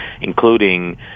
including